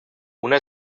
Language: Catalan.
una